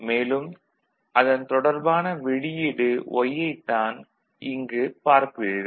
மேலும் அதன் தொடர்பான வெளியீடு Y ஐத் தான் இங்கு பார்க்குறீர்கள்